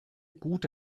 gut